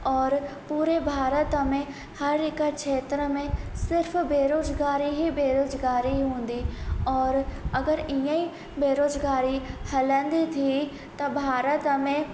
और पूरे भारत में हर हिक क्षेत्र में सिर्फ़ु बेरोज़गारी ई बेरोज़गारी हूंदी और अगरि इएं बेरोज़गारी हलंदी थी त भारत में